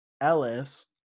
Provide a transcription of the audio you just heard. ellis